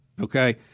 okay